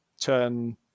turn